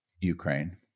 Ukraine